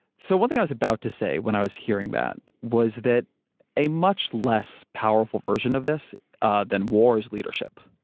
so one thing i was about to say when i was hearing that was that a much less powerful version of this ah than war is leadership,